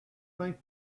think